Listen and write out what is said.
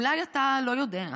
אולי אתה לא יודע,